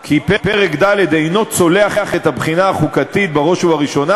כי פרק ד' אינו צולח את הבחינה החוקתית בראש ובראשונה